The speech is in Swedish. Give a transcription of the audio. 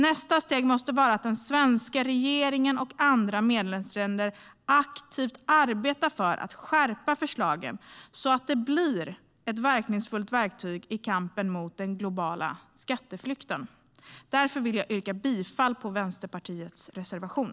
Nästa steg måste vara att den svenska regeringen och andra medlemsländer aktivt arbetar för att skärpa förslagen, så att vi får ett verkningsfullt verktyg i kampen mot den globala skatteflykten. Därför vill jag yrka bifall till Vänsterpartiets reservation.